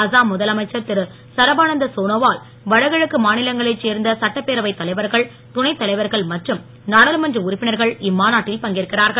அசாம் முதலமைச்சர் திரு சரபானந்த சோனோவால் வடகிழக்கு மாநிலங்களைச் சேர்ந்த சட்டப்பேரவைத் தலைவர்கள் துணைத் தலைவர்கள் மற்றும் நாடாளுமன்ற உறுப்பினர்கள் இம்மாநாட்டில் பங்கேற்கிறார்கள்